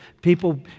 People